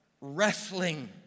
wrestling